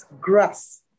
grass